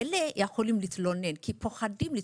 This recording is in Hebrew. שיכולים להתלונן, כי פוחדים להתלונן,